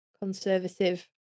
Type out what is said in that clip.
conservative